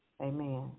Amen